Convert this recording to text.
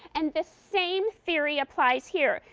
and the same theory applies here.